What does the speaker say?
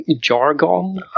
jargon